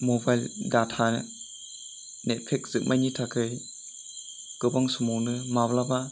mobile data नेतफेक जोबनायनि थाखाय गोबां समावनो माब्लाबा